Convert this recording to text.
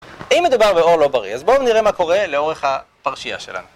אם מדובר באור לא בריא, אז בואו נראה מה קורה לאורך הפרשייה שלנו.